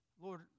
Lord